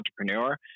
entrepreneur